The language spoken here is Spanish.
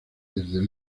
desde